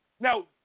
Now